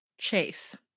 Chase